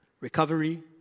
Recovery